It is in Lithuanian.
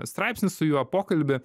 straipsnį su juo pokalbį